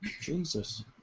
Jesus